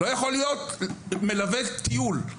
כמלווה טיול,